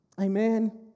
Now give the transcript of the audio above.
Amen